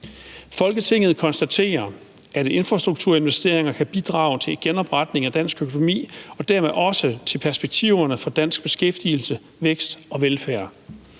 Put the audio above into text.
Folketinget konstaterer, at infrastrukturinvesteringer kan bidrage til genopretningen af dansk økonomi og dermed også til perspektiverne for dansk beskæftigelse, vækst og velfærd.